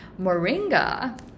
Moringa